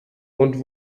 vom